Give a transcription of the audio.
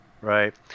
Right